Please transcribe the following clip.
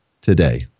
today